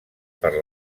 per